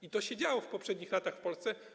I to się działo w poprzednich latach w Polsce.